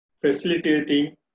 facilitating